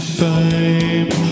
fame